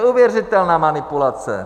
Neuvěřitelná manipulace!